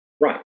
Right